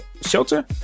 shelter